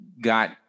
got